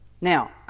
Now